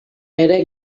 ere